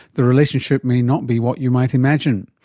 the relationship may not be what you might imagine.